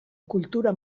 kultura